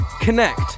connect